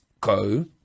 go